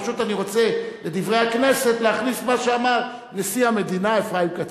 פשוט אני רוצה להכניס ל"דברי הכנסת" את מה שאמר נשיא המדינה אפרים קציר.